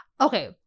okay